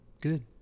Good